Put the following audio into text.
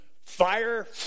fire